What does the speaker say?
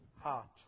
heart